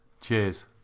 Cheers